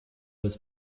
was